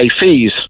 fees